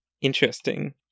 interesting